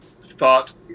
thought